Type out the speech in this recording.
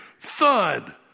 thud